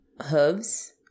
hooves